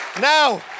now